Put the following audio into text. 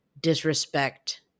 disrespect